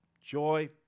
joy